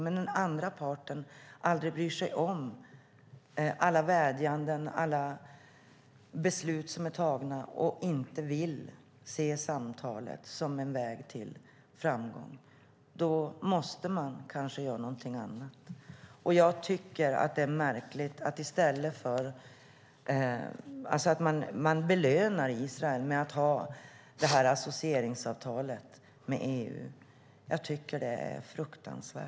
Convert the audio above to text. Men när den andra parten aldrig bryr sig om alla vädjanden och alla beslut som är fattade och inte vill se samtalet som en väg till framgång måste man kanske göra någonting annat. Jag tycker att det är märkligt att man belönar Israel med associeringsavtalet med EU. Det är fruktansvärt.